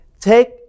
take